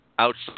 outside